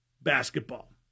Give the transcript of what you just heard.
basketball